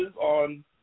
on